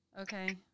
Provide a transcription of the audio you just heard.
Okay